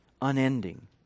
Unending